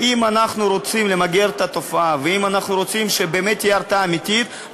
אם אנחנו רוצים למגר את התופעה ואם אנחנו רוצים שתהיה הרתעה אמיתית,